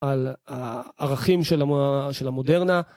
על הערכים של המודרנה.